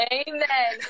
amen